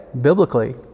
biblically